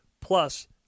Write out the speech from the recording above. Plus